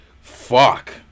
fuck